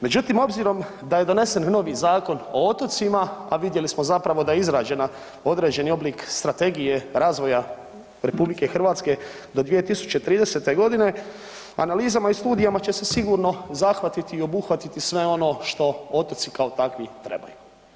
Međutim obzirom da je donsen novi Zakon o otocima, a vidjeli smo da je izrađen određeni oblik Strategije razvoja RH do 2030. godine analizama i studijama će se sigurno zahvatiti i obuhvatiti sve ono što otoci kao takvi trebaju.